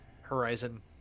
horizon